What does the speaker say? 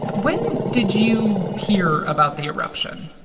when did you hear about the eruption?